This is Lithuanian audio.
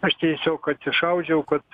aš tiesiog atsišaudžiau kad